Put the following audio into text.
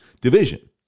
division